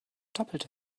doppelte